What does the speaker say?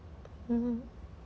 mm